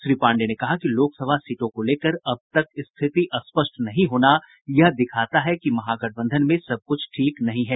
श्री पांडेय ने कहा कि लोकसभा सीटों को लेकर अब तक स्थिति का स्पष्ट नहीं होना यह दिखाता है कि महागठबंधन में सबक्छ ठीक नहीं है